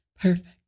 perfect